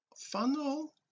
Funnel